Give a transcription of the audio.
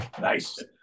Nice